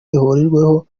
rihuriweho